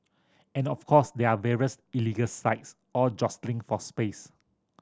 and of course there are various illegal sites all jostling for space